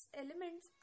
elements